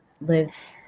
live